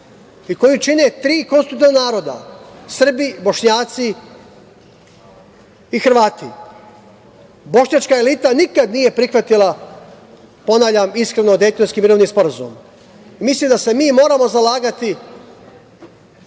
i koju čine tri naroda Srbi, Bošnjaci i Hrvati. Bošnjačka elita nikad nije prihvatila, ponavljam, iskreno Dejtonski mirovni sporazum. Mislim da se mi moramo zalagati